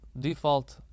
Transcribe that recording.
default